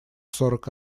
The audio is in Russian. сорок